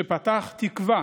שפתח תקווה